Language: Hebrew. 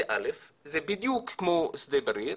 זה בדיוק כמו שדה בריר,